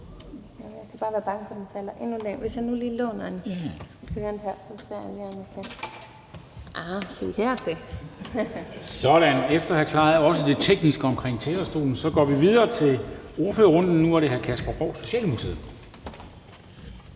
Og efter også at have klaret nogle tekniske problemer med talerstolen, går vi videre til ordførerrunden, og nu er det hr. Kasper Roug, Socialdemokratiet.